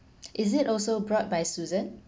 is it also brought by susan